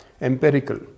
empirical